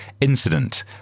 incident